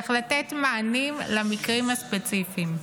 צריך לתת מענים למקרים הספציפיים.